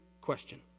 question